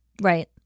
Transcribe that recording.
right